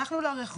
הלכנו לרחוב.